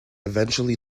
eventually